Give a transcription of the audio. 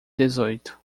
dezoito